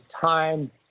time